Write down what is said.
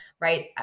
right